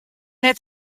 net